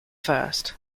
first